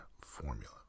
formula